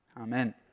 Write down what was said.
Amen